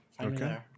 Okay